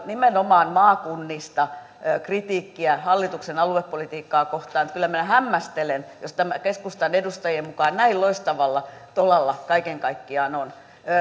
nimenomaan maakunnista kritiikkiä hallituksen aluepolitiikkaa kohtaan että kyllä minä hämmästelen jos tämä keskustan edustajien mukaan näin loistavalla tolalla kaiken kaikkiaan on